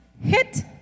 hit